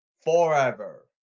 forever